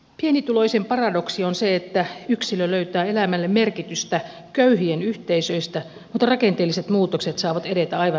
pienituloisen paradoksi on se että yksilö löytää elämälle merkitystä köyhien yhteisöistä mutta rakenteelliset muutokset saavat edetä aivan rauhassa